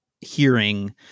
hearing